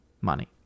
money